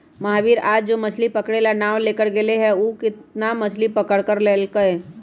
महावीर आज जो मछ्ली पकड़े ला नाव लेकर गय लय हल ऊ कितना मछ्ली पकड़ कर लल कय?